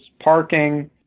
parking